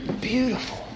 beautiful